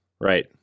right